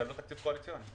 זה לא בתקציב קואליציוני.